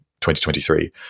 2023